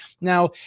Now